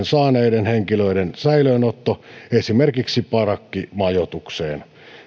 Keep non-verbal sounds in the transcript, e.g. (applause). (unintelligible) saaneiden henkilöiden säilöönottoa esimerkiksi parakkimajoitukseen